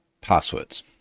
passwords